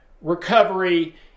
recovery